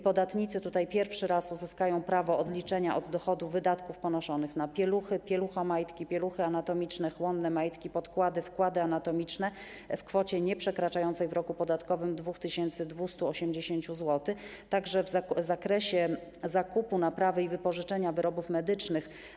Podatnicy pierwszy raz uzyskają prawo odliczenia od dochodu wydatków ponoszonych na pieluchy, pieluchomajtki, pieluchy anatomiczne, chłonne majtki, podkłady, wkłady anatomiczne w kwocie nieprzekraczającej w roku podatkowym 2280 zł, także w zakresie zakupu, naprawy i wypożyczenia wyrobów medycznych.